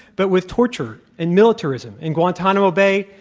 but with torture and militarism in guantanamo bay,